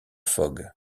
fogg